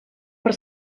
per